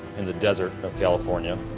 in the desert of california.